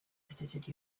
visited